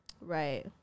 Right